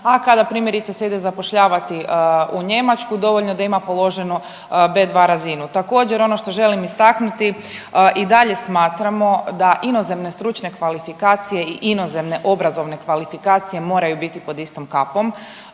a kada primjerice se ide zapošljavati u Njemačku dovoljno je da da ima položeno B2 razinu. Također ono što želim istaknuti i dalje smatramo da inozemne stručne kvalifikacije i inozemne obrazovne kvalifikacije moraju biti pod istom kapom.